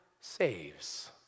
saves